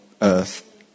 earth